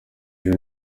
ejo